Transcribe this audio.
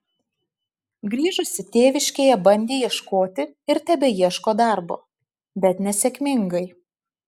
grįžusi tėviškėje bandė ieškoti ir tebeieško darbo bet nesėkmingai